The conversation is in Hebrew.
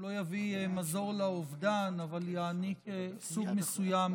הוא לא יביא מזור לאובדן, אבל יעניק סוג מסוים